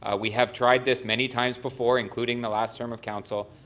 ah we have tried this many times before including the last term of council,